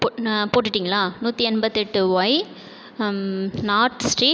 பொ போட்டுட்டீங்களா நூற்றி எண்பத்தெட்டு ஒய் நார்த்து ஸ்ட்ரீட்